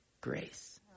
grace